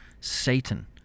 Satan